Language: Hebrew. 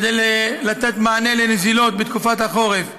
כדי לתת מענה לנזילות בתקופת החורף,